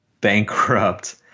bankrupt